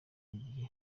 gihe